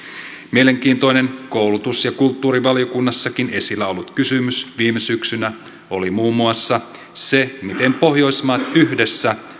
mielenkiintoinen koulutus ja kulttuurivaliokunnassakin esillä ollut kysymys viime syksynä oli muun muassa se miten pohjoismaat yhdessä